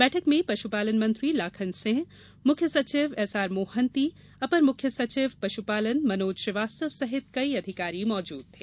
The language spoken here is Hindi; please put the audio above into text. बैठक में पशुपालन मंत्री लाखन सिंह मुख्य सचिव एस आर मोहंती अपर मुख्य सचिव पशुपालन मनोज श्रीवास्तव सहित कई अधिकारी मौजूद थे